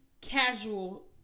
casual